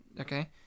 Okay